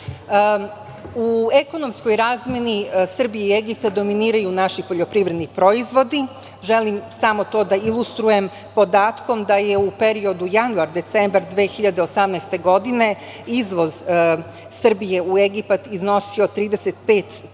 ekonomskoj razmeni Srbije i Egipta dominiraju naši poljoprivredni proizvodi. Želim samo to da ilustrujem podatkom da je u periodu januar – decembar 2018. godine izvoz Srbije u Egipat iznosio 340